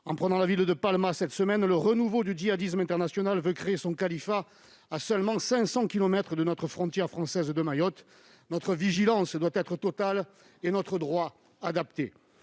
En prenant la ville de Palma cette semaine, le renouveau du djihadisme international veut créer son califat à seulement 500 kilomètres de notre frontière française de Mayotte. Notre vigilance doit être totale et notre droit adapté.